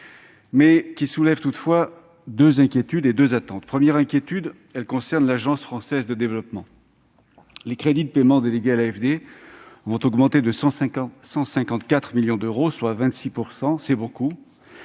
mais qui soulève toutefois deux inquiétudes et deux attentes. Notre première inquiétude concerne l'Agence française de développement. Les crédits de paiement délégués à l'AFD augmentent de 154 millions d'euros, soit 26 %. C'est beaucoup.